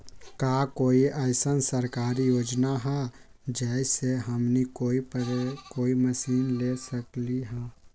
का कोई अइसन सरकारी योजना है जै से हमनी कोई मशीन ले सकीं ला?